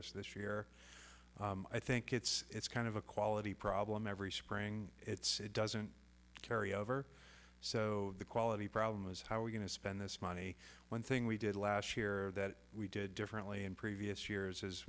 us this year i think it's kind of a quality problem every spring it doesn't carry over so the quality problem is how we're going to spend this money one thing we did last year that we did differently in previous years as